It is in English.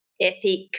ethic